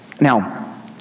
Now